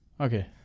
Okay